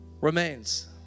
remains